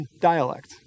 dialect